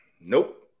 Nope